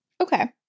Okay